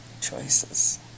choices